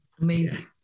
amazing